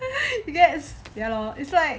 you get ya lor it's like